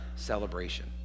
celebration